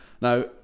now